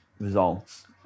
results